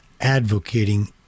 advocating